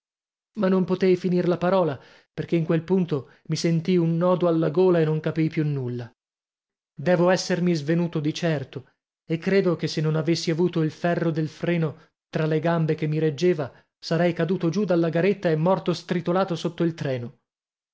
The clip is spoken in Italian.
ma non potei finir la parola perché in quel punto mi sentii un nodo alla gola e non capii più nulla devo essermi svenuto di certo e credo che se non avessi avuto il ferro del freno tra le gambe che mi reggeva sarei caduto giù dalla garetta e morto stritolato sotto il treno